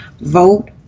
Vote